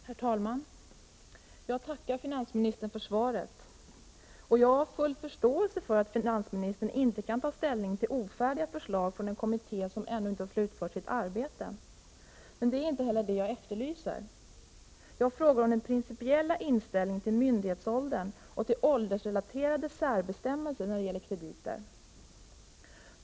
Herr talman! Jag tackar finansministern för svaret. Jag har full förståelse för att finansministern inte kan ta ställning till ofullständiga förslag från en kommitté som ännu inte har slutfört sitt arbete. Det är inte heller det jag efterlyser. Jag frågar om den principiella inställningen till myndighetsåldern och till åldersrelaterade särbestämmelser när det gäller krediter.